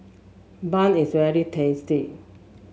bun is very tasty